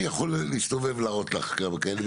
אני יכול להסתובב ולהראות לך כמה כאלה,